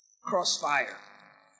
Crossfire